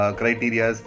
criteria